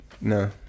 No